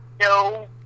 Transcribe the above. No